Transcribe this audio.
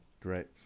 Great